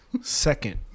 second